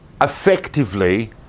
effectively